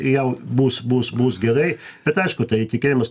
jau bus bus bus gerai bet aišku tai tikėjimas